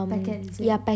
packets it is